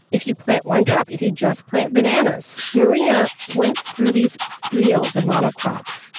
if you plant one crop. if you just plant bananas. maria went through these fields of mono crops,